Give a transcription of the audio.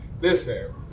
listen